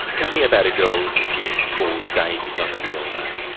tell me about a girl who you call daisy, not her real name.